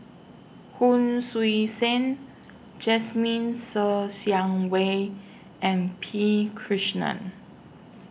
Hon Sui Sen Jasmine Ser Xiang Wei and P Krishnan